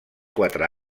quatre